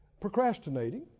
procrastinating